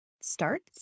starts